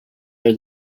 are